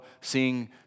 seeing